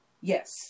Yes